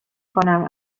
کنم